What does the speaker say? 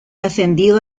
ascendido